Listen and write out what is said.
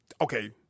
Okay